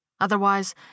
Otherwise